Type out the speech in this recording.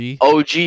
OG